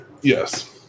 Yes